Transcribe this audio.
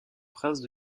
princes